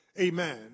Amen